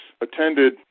attended